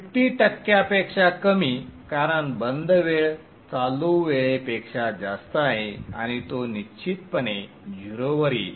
50 टक्क्यांपेक्षा कमी कारण बंद वेळ चालू वेळेपेक्षा जास्त आहे आणि तो निश्चितपणे 0 वर येईल